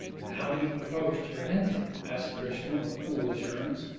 and how do you propose to prevent it? asked drishna, with cool assurance.